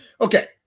Okay